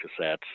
cassettes